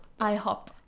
IHOP